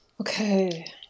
Okay